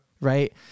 Right